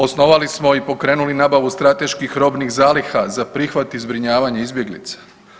Osnovali smo i pokrenuli nabavu strateških robnih zaliha za prihvat i zbrinjavanje izbjeglica.